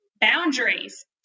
boundaries